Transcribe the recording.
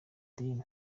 idini